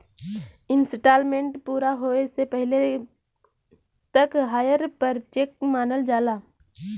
instalment पूरा होये से पहिले तक हायर परचेस मानल जाला